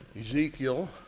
Ezekiel